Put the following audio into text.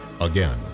Again